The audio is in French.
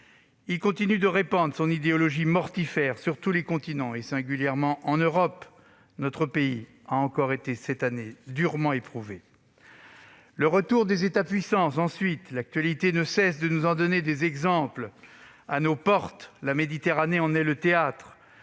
Il continue de répandre son idéologie mortifère sur tous les continents, singulièrement en Europe. Notre pays a encore été cette année durement éprouvé. On note ensuite retour des États puissances : l'actualité ne cesse de nous en donner des exemples et, à nos portes, la Méditerranée en est le théâtre.